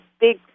big